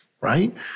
right